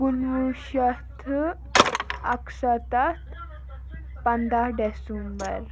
کُنہٕ وُہ شیٚتھ تہٕ اَکہٕ سَتَتھ پَنٛداہ ڈیٚسمبر